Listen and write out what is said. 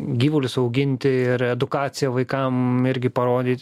gyvulius auginti ir edukaciją vaikam irgi parodyt